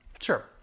Sure